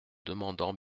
demandant